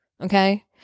Okay